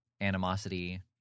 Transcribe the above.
animosity